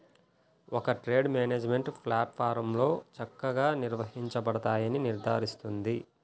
ఒక trade management ప్లాట్ఫారమ్లో చక్కగా నిర్వహించబడతాయని నిర్ధారిస్తుంది